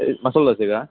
ಏ ಮಸಾಲೆ ದೋಸೆಗಾ